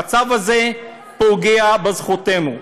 המצב הזה פוגע בזכותנו.